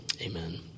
Amen